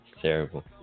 Terrible